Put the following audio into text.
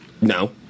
No